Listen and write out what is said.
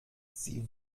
sie